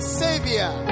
savior